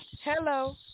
Hello